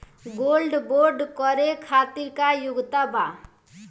Gold bond करे खातिर का योग्यता बा?